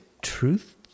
truth